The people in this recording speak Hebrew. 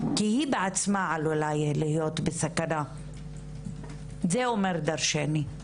כי היא בעצמה עלולה להיות בסכנה - זה אומר דרשני.